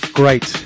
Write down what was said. great